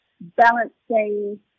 balancing